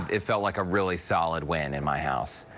it felt like a really solid win in my house.